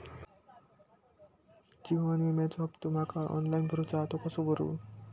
जीवन विम्याचो हफ्तो माका ऑनलाइन भरूचो हा तो कसो भरू?